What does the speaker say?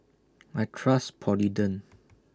I Trust Polident